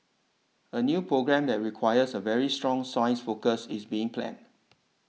a new programme that requires a very strong science focus is being planned